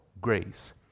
grace